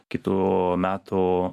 kitų metų